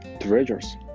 treasures